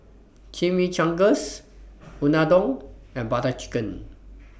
Chimichangas Unadon and Butter Chicken